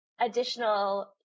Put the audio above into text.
additional